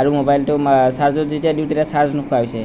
আৰু ম'বাইলটো চাৰ্জত যেতিয়া দিওঁ তেতিয়া চাৰ্জ নোখোৱা হৈছে